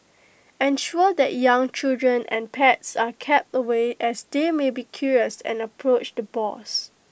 ensure that young children and pets are kept away as they may be curious and approach the boars